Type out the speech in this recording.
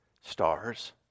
stars